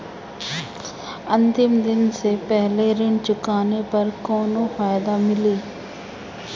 अंतिम दिन से पहले ऋण चुकाने पर कौनो फायदा मिली?